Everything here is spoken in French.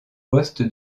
poste